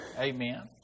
Amen